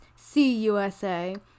CUSA